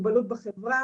הבא.